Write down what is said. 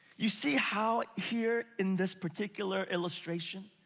you see how here in this particular illustration,